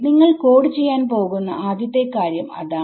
നിങ്ങൾ കോഡ് ചെയ്യാൻ പോകുന്ന ആദ്യത്തെ കാര്യം അതാണ്